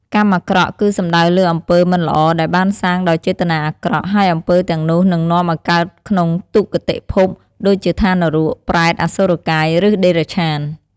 កម្មអាក្រក់ គឺសំដៅលើអំពើមិនល្អដែលបានសាងដោយចេតនាអាក្រក់ ហើយអំពើទាំងនោះនឹងនាំឲ្យកើតក្នុងទុគតិភព ដូចជាឋាននរក ប្រេត អសុរកាយ ឬតិរច្ឆាន។